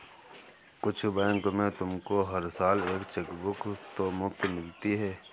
कुछ बैंक में तुमको हर साल एक चेकबुक तो मुफ़्त मिलती है